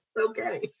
Okay